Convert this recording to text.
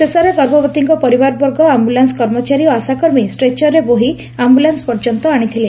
ଶେଷରେ ଗର୍ଭବତୀଙ୍କ ପରିବାରବର୍ଗ ଆମ୍ଟରେନ୍ କର୍ମଚାରୀ ଓ ଆଶା କମି ଷ୍ଟ୍ରେଚରରେ ବୋହି ଆମ୍ବୁଲେନ୍ବ ପର୍ଯ୍ୟନ୍ତ ଆଶିଥିଲେ